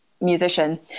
musician